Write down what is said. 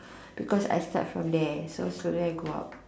because I start from there then slowly I go up